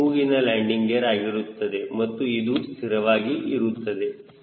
ಇದು ಮೂಗಿನ landing gear ಆಗಿರುತ್ತದೆ ಮತ್ತು ಅದು ಸ್ಥಿರವಾಗಿ ಇರುತ್ತದೆ